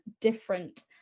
different